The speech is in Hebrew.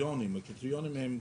הישראלית.